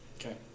Okay